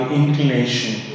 inclination